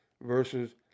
versus